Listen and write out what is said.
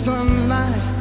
Sunlight